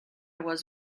was